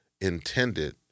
intended